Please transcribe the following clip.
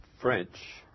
French